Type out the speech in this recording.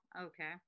Okay